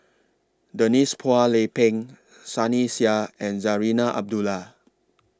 Denise Phua Lay Peng Sunny Sia and Zarinah Abdullah